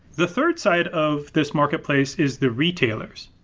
the third side of this marketplace is the retailers.